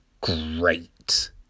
great